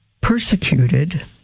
persecuted